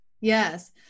yes